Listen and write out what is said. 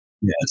Yes